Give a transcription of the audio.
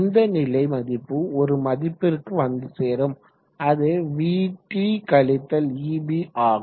இந்த நிலை மதிப்பு ஒரு மதிப்பிற்கு வந்து சேரும் அது vt கழித்தல் eb ஆகும்